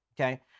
Okay